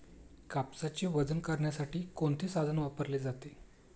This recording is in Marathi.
कापसाचे वजन करण्यासाठी कोणते साधन वापरले जाते?